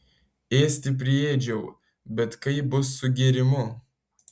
ėsti priėdžiau bet kaip bus su gėrimu